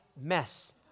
mess